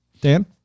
dan